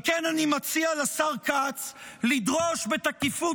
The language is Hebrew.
על כן אני מציע לשר כץ לדרוש בתקיפות